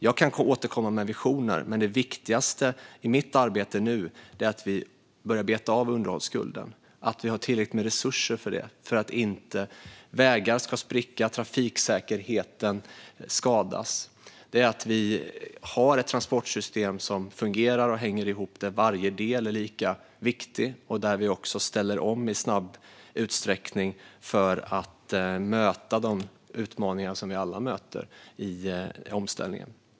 Jag kanske återkommer med visioner, men det viktigaste i mitt arbete nu är att vi börjar beta av underhållsskulden och att vi har tillräckligt med resurser för det, så att inte vägar spricker och trafiksäkerheten försämras. Vi ska ha ett transportsystem som fungerar och hänger ihop och där varje del är lika viktig. Vi ska ställa om snabbt för att klara de utmaningar som vi alla möter i omställningen.